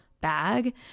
bag